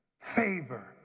favor